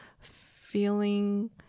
feeling